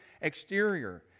exterior